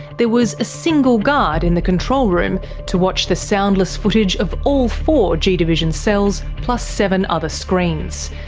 there was a single guard in the control room to watch the soundless footage of all four g division cells, plus seven other screens.